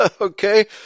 Okay